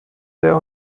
der